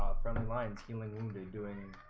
friendly lines, healing wounded, doing.